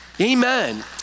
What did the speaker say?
Amen